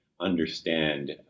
understand